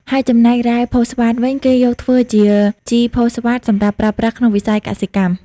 ហើយចំណែករ៉ែផូស្វាតវិញ គេយកធ្វើជាជីផូស្វាតសម្រាប់ប្រើប្រាស់ក្នុងវិស័យកសិកម្ម។